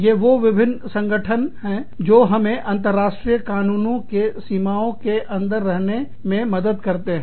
ये वो विभिन्न संगठन जो हमें अंतरराष्ट्रीय कानूनों के सीमाओं के अंदर रहने में मदद करते हैं